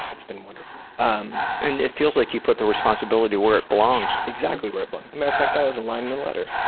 it's been wonderful. um and it feels like you put the responsibility where it belongs. exactly where it belongs. as a matter of fact, that was a line in the letter.